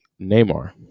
Neymar